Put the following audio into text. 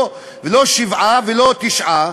לא שבעה ולא תשעה,